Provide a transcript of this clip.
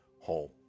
home